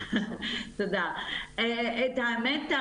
את האמת,